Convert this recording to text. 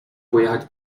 pojechać